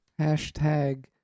Hashtag